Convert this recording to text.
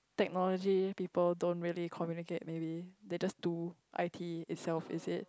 technology people don't really communicate maybe they just do I_T itself is it